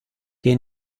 che